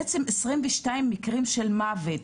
בעצם, 22 מקרים של מוות,